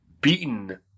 beaten